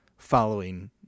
Following